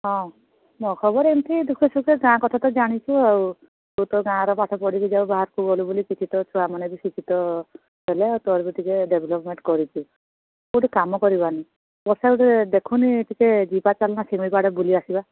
ହଁ ମୋ' ଖବର ଏମିତି ଦୁଃଖସୁଖରେ ଗାଁ କଥା ତ ଜାଣିଛୁ ଆଉ ତୁ ତ ଗାଁରେ ପାଠ ପଢ଼ିକି ଯେଉଁ ବାହାରକୁ ଗଲୁ ବୋଲି ଶିକ୍ଷିତ ଛୁଆମାନେ ବି ଶିକ୍ଷିତ ହେଲେ ତୋ'ର ବି ଟିକେ ଡେଭ୍ଲପ୍ମେଣ୍ଟ୍ କରିଛୁ ଗୋଟେ କାମ କରିବାନି ବର୍ଷା ଗୋଟେ ଦେଖୁନି ଟିକେ ଯିବା ଚାଲୁନ ଶିମିଳିପାଳ ଆଡ଼େ ବୁଲିଆସିବା